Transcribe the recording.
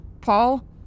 Paul